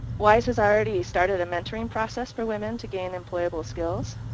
wise has already started a mentoring process for women to gain employable skills.